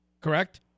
Correct